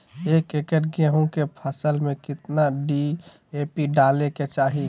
एक एकड़ गेहूं के फसल में कितना डी.ए.पी डाले के चाहि?